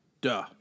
duh